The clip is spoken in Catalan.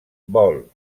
vol